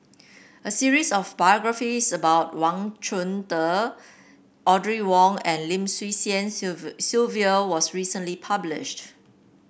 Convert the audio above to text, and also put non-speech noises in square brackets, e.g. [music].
a series of biographies about Wang Chunde Audrey Wong and Lim Swee Lian [unintelligible] Sylvia was recently published